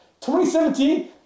2017